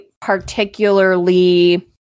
particularly